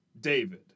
David